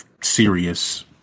serious